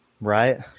right